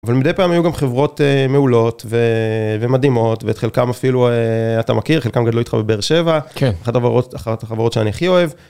אבל מדי פעם היו גם חברות מעולות ומדהימות ואת חלקם אפילו אתה מכיר חלקם גדלו איתך בבאר שבע אחת החברות שאני הכי אוהב.